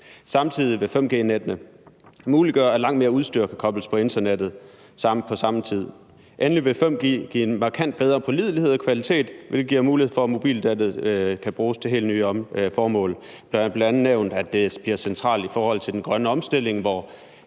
Samtidig vil 5G-nettene muliggøre, at langt mere udstyr kan kobles på internettet på samme tid. Endelig vil 5G give en markant bedre pålidelighed og kvalitet, hvilket giver mulighed for, at mobilnettet kan bruges til helt nye formål. Der bliver bl.a. nævnt, at det bliver centralt i forhold til den grønne omstilling, hvor